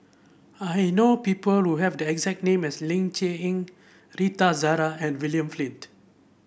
I know people who have the exact name as Ling Cher Eng Rita Zahara and William Flint